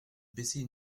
baisser